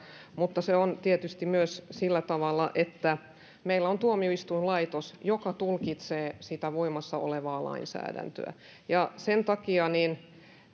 mutta se on tietysti myös sillä tavalla että meillä on tuomioistuinlaitos joka tulkitsee sitä voimassa olevaa lainsäädäntöä sen takia